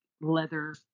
leather